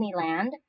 Disneyland